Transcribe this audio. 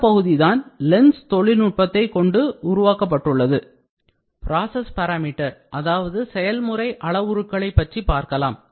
இந்தப் பகுதிதான் LENS தொழில்நுட்பத்தை கொண்டு உருவாக்கப்பட்டுள்ளது Process parameter அதாவது செயல்முறை அளவுருக்களை பற்றி பார்க்கலாம்